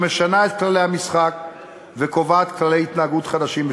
לא, לא, לא, ההערות שלך תמיד במקום.